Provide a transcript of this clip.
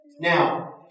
Now